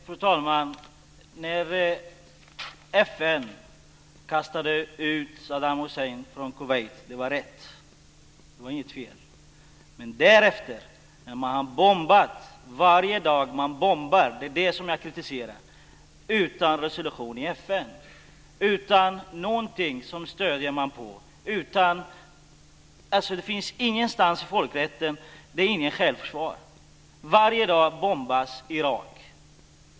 Fru talman! När FN kastade ut Saddam Hussein ur Kuwait var det rätt. Det var inte fel. Det jag kritiserar är när man därefter varje dag bombar utan resolution i FN, utan någonting att stödja sig på. Det finns ingenstans i folkrätten. Det är inget självförsvar. Varje dag bombas Irak.